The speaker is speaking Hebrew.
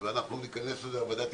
<< יור >> יעקב אשר (יו"ר ועדת החוקה,